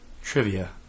trivia